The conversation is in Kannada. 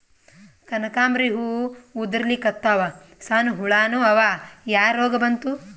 ಕನಕಾಂಬ್ರಿ ಹೂ ಉದ್ರಲಿಕತ್ತಾವ, ಸಣ್ಣ ಹುಳಾನೂ ಅವಾ, ಯಾ ರೋಗಾ ಬಂತು?